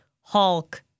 Hulk